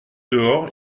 dehors